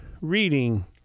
reading